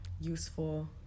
useful